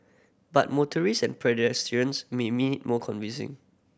but motorists and pedestrians may need more convincing